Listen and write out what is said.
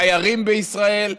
תיירים בישראל,